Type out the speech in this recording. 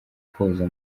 koza